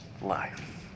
life